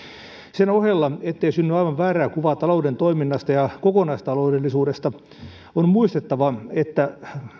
sen ohella ettei synny aivan väärää kuvaa talouden toiminnasta ja kokonaistaloudellisuudesta on muistettava että